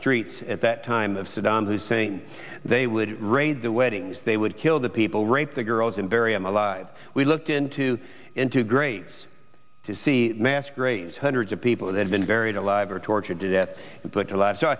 streets at that time of saddam hussein they would raid the weddings they would kill the people rape the girls and bury him alive we looked into integrates to see mass graves hundreds of people who had been buried alive or tortured to death but